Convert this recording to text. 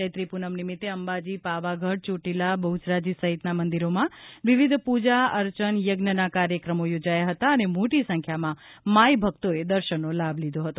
ચૈત્રી પૂનમ નિમિત્તે અંબાજી પાવાગઢ ચોટીલા બહુચરાજી સહિતના મંદિરોમાં વિવિધ પ્રજા અર્ચન યજ્ઞના કાર્યક્રમો યોજાયા હતા અને મોટી સંખ્યામાં માઈભક્તોએ દર્શનનો લાભ લીધો હતો